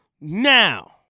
now